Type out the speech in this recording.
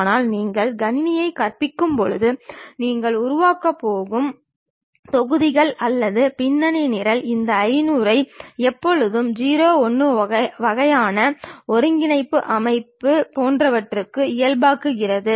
ஆனால் நீங்கள் கணினியை கற்பிக்கும்போது நீங்கள் உருவாக்கப் போகும் போது தொகுதிகள் அல்லது பின்னணி நிரல் இந்த 500 ஐ எப்போதும் 0 1 வகையான ஒருங்கிணைப்பு அமைப்பு போன்றவற்றுக்கு இயல்பாக்குகிறது